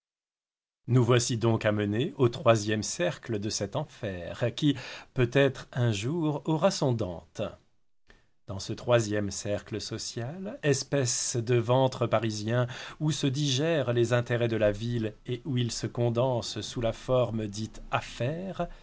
nous voici donc amenés au troisième cercle de cet enfer qui peut-être un jour aura son dante dans ce troisième cercle social espèce de ventre parisien où se digèrent les intérêts de la ville et où ils se condensent sous la forme dite